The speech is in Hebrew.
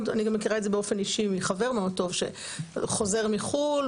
אני גם מכירה את זה באופן אישי מחבר מאוד טוב שחזר מחו"ל,